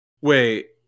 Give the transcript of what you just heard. Wait